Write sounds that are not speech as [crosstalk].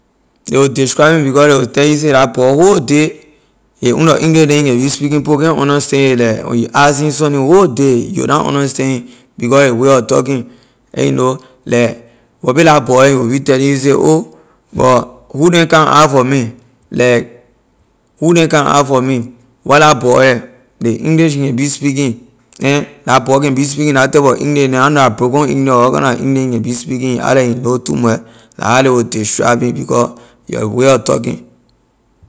Ley will describe me because ley will tell you say la boy whole day his owner english neh he can be speaking people can’t understand it like when you ask him sunni whole day you will na understand him because his way of talking [hesitation] you know like whereply la boy air he will be telling you say oh but who neh come ask for me like who neh come ask for me where la boy air ley english he can be speaking [hesitation] la boy can be speaking la type of english neh I na know la broken english or la what kind na english he can be speaking he act like he know too much la how ley will describe me because your way of talking.